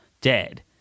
dead